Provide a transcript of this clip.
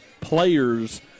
players